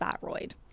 thyroid